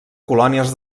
colònies